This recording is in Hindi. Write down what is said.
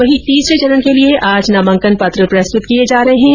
वहीं तीसरे चरण के लिए आज नामोंकन पत्र प्रस्तुत किये जा रहे है